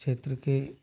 क्षेत्र के